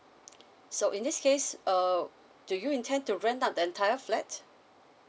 so in this case um do you intend to rent out the entire flat